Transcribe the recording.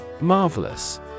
Marvelous